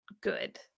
good